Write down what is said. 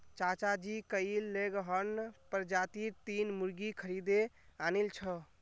चाचाजी कइल लेगहॉर्न प्रजातीर तीन मुर्गि खरीदे आनिल छ